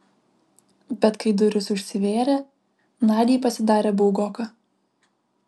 bet kai durys užsivėrė nadiai pasidarė baugoka